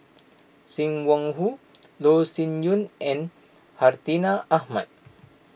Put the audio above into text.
Sim Wong Hoo Loh Sin Yun and Hartinah Ahmad